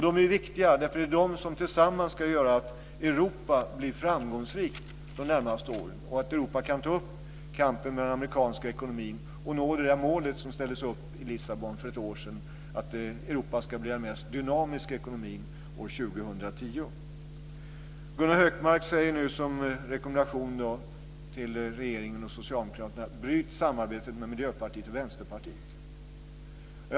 De är viktiga, för det är de som tillsammans ska göra att Europa blir framgångsrikt de närmaste åren, kan ta upp kampen med den amerikanska ekonomin och kan nå det mål som för ett år sedan ställdes upp i Lissabon, att Europa ska bli den mest dynamiska ekonomin år 2010. Gunnar Hökmark uttalar nu som en rekommendation till regeringen och socialdemokraterna: Bryt samarbetet med Miljöpartiet och Vänsterpartiet!